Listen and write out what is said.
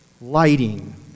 lighting